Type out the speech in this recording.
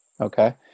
okay